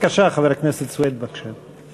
חבר הכנסת סוייד, בבקשה.